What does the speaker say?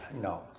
No